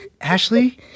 Ashley